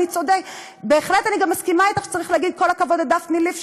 אני בהחלט גם מסכימה אתך שצריך להגיד כל הכבוד לדפני ליף,